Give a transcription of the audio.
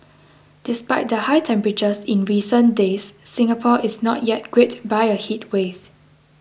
despite the high temperatures in recent days Singapore is not yet gripped by a heatwave